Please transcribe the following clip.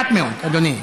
מעט מאוד, אדוני.